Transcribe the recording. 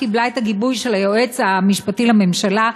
שקיבלה את הגיבוי של היועץ המשפטי לממשלה,